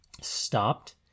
stopped